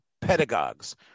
pedagogues